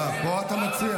מה, פה אתה מציע?